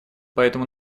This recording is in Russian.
поэтому